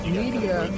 media